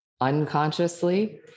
unconsciously